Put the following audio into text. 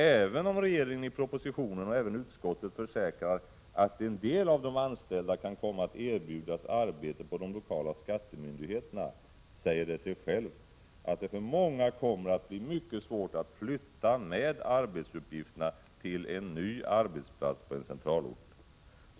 Även om regeringen i propositionen och även utskottet försäkrar att en del av de anställda kan komma att erbjudas arbete på de lokala skattemyndigheterna, säger det sig självt att det för många kommer att bli mycket svårt att flytta med arbetsuppgifterna till en ny arbetsplats på en centralort.